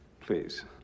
please